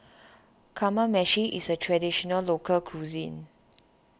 Kamameshi is a Traditional Local Cuisine